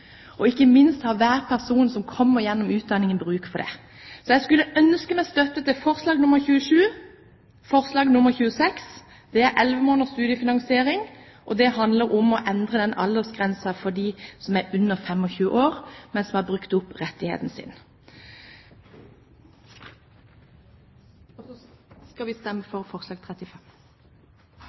for det. Så jeg skulle ønske meg støtte til forslagene nr. 26 og 27. Det første handler da om å endre aldersgrensen for dem som er under 25 år, men som har brukt opp rettigheten sin, og det andre går på 11 måneders studiefinansiering. Og så skal vi stemme for forslag nr. 35.